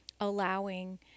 allowing